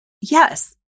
yes